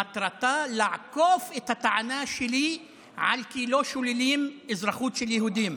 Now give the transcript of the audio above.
מטרתה לעקוף את הטענה שלי על שלא שוללים אזרחות של יהודים.